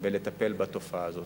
ולטפל בתופעה הזאת.